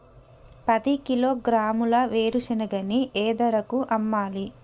పది కిలోగ్రాముల వేరుశనగని ఏ ధరకు అమ్మాలి?